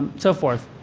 so forth.